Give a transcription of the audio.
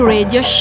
Radio